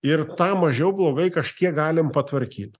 ir tą mažiau blogai kažkiek galim patvarkyt